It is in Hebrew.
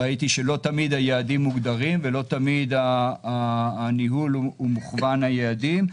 ראיתי שלא תמיד היעדים מוגדרים ולא תמיד הניהול הוא מכוון היעדים.